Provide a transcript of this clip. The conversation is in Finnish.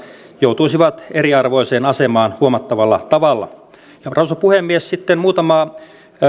joutuisivat eriarvoiseen asemaan huomattavalla tavalla arvoisa puhemies sitten muutama